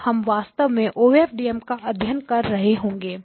तब हम वास्तव में OFDM का अध्ययन कर रहे होंगे